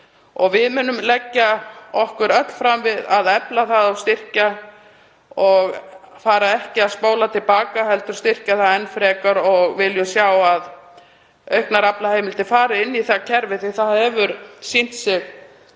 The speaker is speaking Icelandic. Við munum leggja okkur öll fram við að efla það og styrkja, að spóla ekki til baka heldur styrkja það enn frekar. Við viljum sjá auknar aflaheimildir fara inn í kerfið því að það hefur sýnt